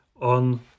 on